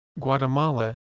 Guatemala